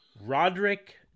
Roderick